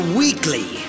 weekly